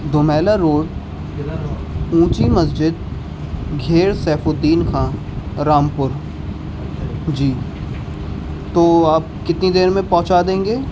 دومیلا road اونچی مسجد گھیر سیف الدین خاں رامپور جی تو آپ کتنی دیر میں پہنچا دیں گے